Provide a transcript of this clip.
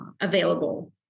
available